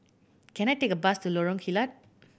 can I take a bus to Lorong Kilat